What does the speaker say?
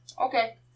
Okay